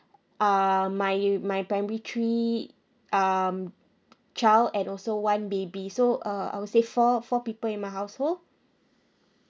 err my year my primary three um child and also one baby so uh I would say four four people in my household